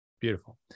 Beautiful